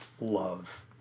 love